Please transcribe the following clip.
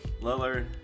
Lillard